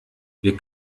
wir